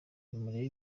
nimurebe